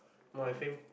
my fave